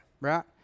right